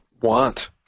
want